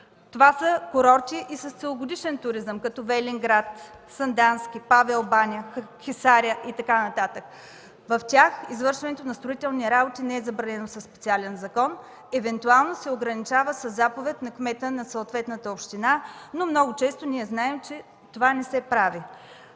Това са курорти и с целогодишен туризъм – Велинград, Сандански, Павел баня, Хисаря и така нататък. В тях извършването на строителни работи не е забранено със специален закон, евентуално се ограничава със заповед на кмета на съответната община, но много често, знаем, това не се прави.